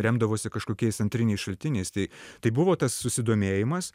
remdavosi kažkokiais antriniais šaltiniais tai tai buvo tas susidomėjimas